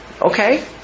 Okay